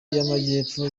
y’amajyepfo